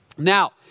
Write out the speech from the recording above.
Now